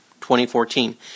2014